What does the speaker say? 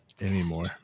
Anymore